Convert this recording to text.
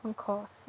of course